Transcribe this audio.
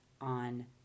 on